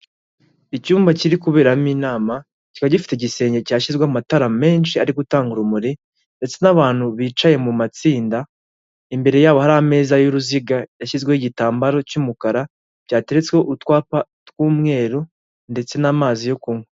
Icyumba kiri kuberamo inama kiba gifite igisenge cyashyizweho amatara menshi ari gutanga urumuri ndetse n'abantu bicaye mu matsinda, imbere yabo hari ameza y'uruziga yashyizweho igitambaro cy'umukara cyatetsweho utwapa tw'umweru ndetse n'amazi yo kunywa.